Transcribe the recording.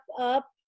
up